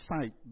sight